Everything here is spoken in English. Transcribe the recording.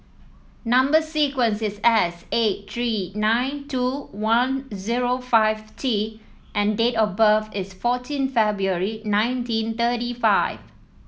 number sequence is S eight three nine two one zero five T and date of birth is fourteen February nineteen thirty five